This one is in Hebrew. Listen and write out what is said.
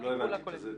לא הבנתי, תסבירי.